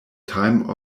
time